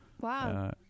Wow